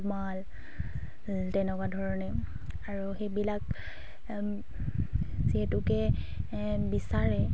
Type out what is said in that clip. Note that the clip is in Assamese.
ৰুমাল তেনেকুৱা ধৰণে আৰু সেইবিলাক যিহেতুকে বিচাৰে মানুহখিনিয়ে